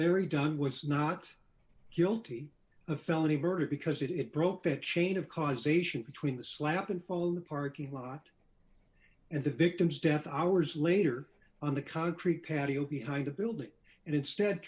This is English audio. mary dunn was not guilty of felony murder because it it broke that chain of causation between the slab and foley parking lot and the victim's death hours later on the concrete patio behind a building and instead